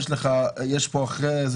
לגבי גיל